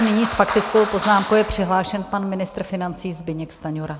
Nyní s faktickou poznámkou je přihlášen pan ministr financí Zbyněk Stanjura.